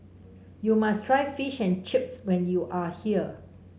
you must try Fish and Chips when you are here